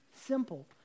simple